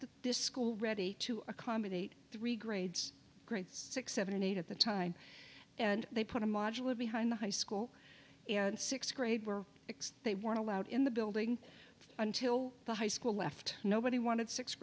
this school ready to accommodate three grades great six seven eight at the time and they put a modular behind the high school and sixth grade were explained weren't allowed in the building until the high school left nobody wanted six